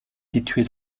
située